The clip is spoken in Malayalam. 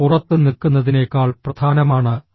പുറത്ത് നിൽക്കുന്നതിനേക്കാൾ പ്രധാനമാണ് അത്